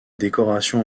décorations